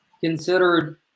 considered